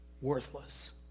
worthless